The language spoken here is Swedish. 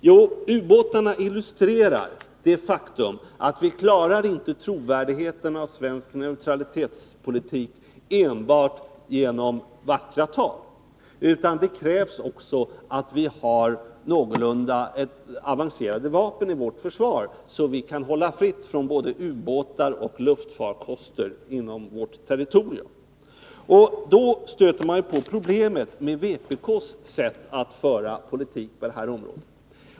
Jo, ubåtarna illustrerar det faktum att vi inte klarar att göra svensk neutralitetspolitik trovärdig enbart med vackert tal. Det krävs att vi också har någorlunda avancerade vapen i vårt försvar, så att vi inom vårt territorium håller fritt från både ubåtar och luftfarkoster. Då stöter man på problemet med vpk:s politik på det här området.